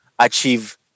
achieve